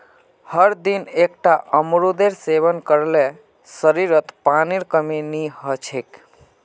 हरदिन एकता अमरूदेर सेवन कर ल शरीरत पानीर कमी नई ह छेक